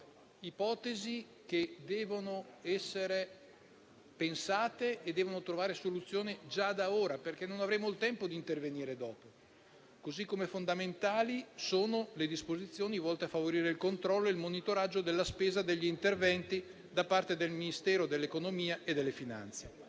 ipotesi che devono essere pensate e devono trovare una soluzione già da ora, perché non avremo il tempo di intervenire dopo. Allo stesso modo, sono fondamentali le disposizioni volte a favorire il controllo e il monitoraggio della spesa e degli interventi da parte del Ministero dell'economia e delle finanze